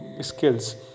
skills